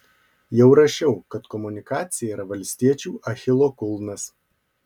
jau rašiau kad komunikacija yra valstiečių achilo kulnas